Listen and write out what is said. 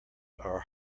are